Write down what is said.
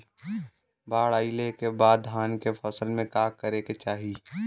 बाढ़ आइले के बाद धान के फसल में का करे के चाही?